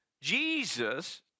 Jesus